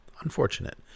Unfortunate